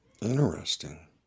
Interesting